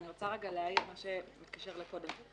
אני רוצה להעיר על משהו שמתקשר למה שאמרנו קודם.